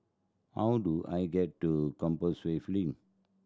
how do I get to Compassvale Link